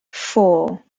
four